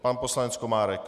Pan poslanec Komárek.